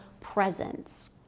presence